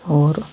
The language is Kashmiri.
اور